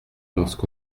lorsque